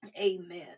amen